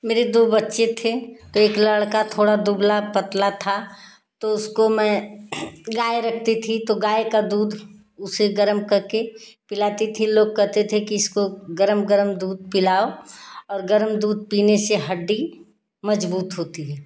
मेरे दो बच्चे थे तो एक लड़का थोड़ा दुबला पतला था तो उसको मैं गाय रखती थी तो गाय का दूध उसे गर्म करके पिलाती थी लोग कहते थे कि इसको गर्म गर्म दूध पिलाओ और गर्म दूध पीने से हड्डी मजबूत होती है